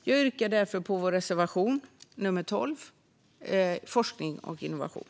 Jag yrkar bifall till reservation nr 12, Forsning och innovation.